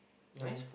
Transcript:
no